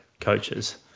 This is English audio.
coaches